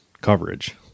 coverage